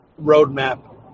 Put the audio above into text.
roadmap